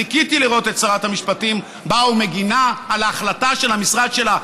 חיכיתי לראות את שרת המשפטים באה ומגינה על ההחלטה של המשרד שלה.